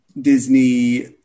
Disney